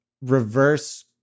reverse